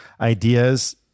ideas